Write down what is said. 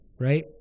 Right